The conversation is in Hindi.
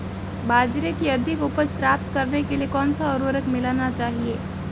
बाजरे की अधिक उपज प्राप्त करने के लिए कौनसा उर्वरक मिलाना चाहिए?